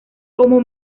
como